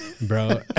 bro